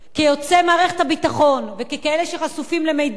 כיוצאי מערכת הביטחון וככאלה שחשופים למידע,